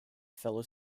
fellow